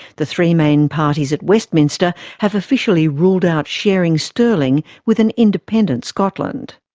the three main parties at westminster have officially ruled out sharing sterling with an independent scotland.